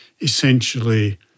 essentially